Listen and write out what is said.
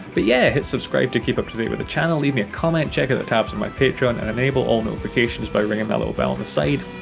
but yeah, hit subscribe to keep up to date with the channel, leave me a comment, check out the tabs on my patreon and enable notifications by ringing that little bell on the side,